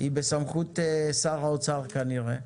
היא בסמכות שר האוצר כנראה,